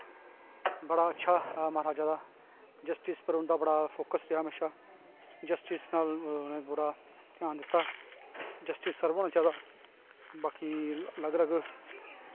बडा अच्छा महाराजा दा जस्टिस पर उंदा बड़ा फोकस रेहा हमेशा जसटिस नाल उनें पूरा घ्यान दित्ता जस्टिस सारे कोला ज्यादा बाकी अलग अळग उनें